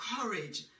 courage